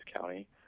county